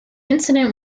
incident